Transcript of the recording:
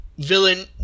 Villain